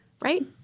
Right